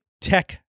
tech